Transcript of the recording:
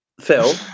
Phil